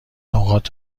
نقاط